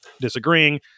disagreeing